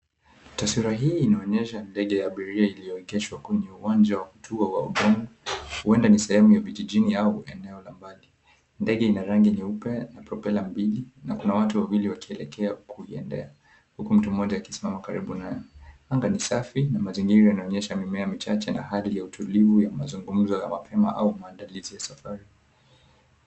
Taswira hii inaonyesha ndege ya abiria iliyoegeshwa kwenye uwanja wa utua au ndogo uenda ni sehemu ya vijijini au eneo la mbali. Ndege ina rangi nyeupe na propela mbili na kuna watu wawili wakielekea kuiendea. Huku mtu mmoja akisimama karibu nayo. Anga ni safi na mazingira inaonyesha mimea michache na hali ya utulivu ya mazungumzo ya mapema au maandalizi ya safari.